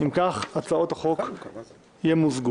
אין ההצעה למזג את הצעת חוק התפזרות הכנסת העשרים ושלוש,